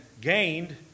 gained